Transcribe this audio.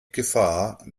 gefahr